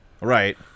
Right